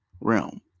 realm